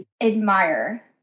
admire